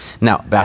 Now